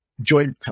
Joint